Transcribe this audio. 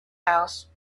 house